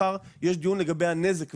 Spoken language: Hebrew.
מחר יש דיון לגבי הנזק כבר.